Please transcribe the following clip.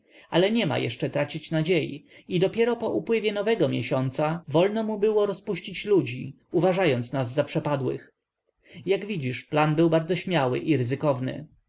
ale nie ma jeszcze tracić nadziei i dopiero po upływie nowego miesiąca wolno mu było rozpuścić ludzi uważając nas za przepadłych jak widzisz plan był bardzo śmiały i rezykowny